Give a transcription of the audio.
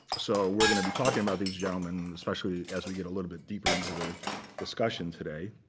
so we're going to be talking about these gentlemen, especially as we get a little bit deeper into the discussion today.